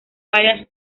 varias